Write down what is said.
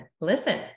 listen